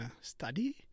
study